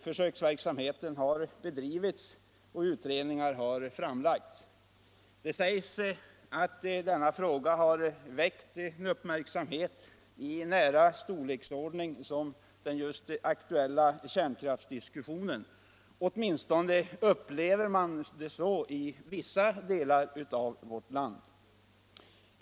Försöksverksamhet har bedrivits och utredningar har framlagts. Det sägs att denna fråga har väckt uppmärksamhet i en storleksordning nära den aktuella kärnkraftsdiskussionen. Åtminstone upplever man det så i vissa delar av vårt land.